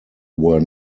were